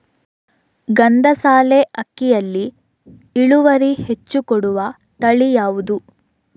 ಗಂಧಸಾಲೆ ಅಕ್ಕಿಯಲ್ಲಿ ಇಳುವರಿ ಹೆಚ್ಚು ಕೊಡುವ ತಳಿ ಯಾವುದು?